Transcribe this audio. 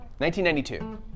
1992